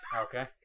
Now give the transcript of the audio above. Okay